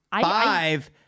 Five